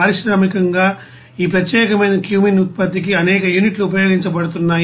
పారిశ్రామికంగాఈ ప్రత్యేకమైన క్యూమీన్ ఉత్పత్తికి అనేక యూనిట్లు ఉపయోగించబడుతున్నాయి